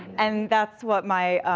and that's what my,